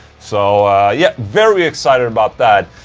so yeah, very excited about that.